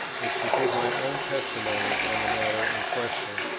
is to give my own testimony on the matter in question,